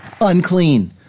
unclean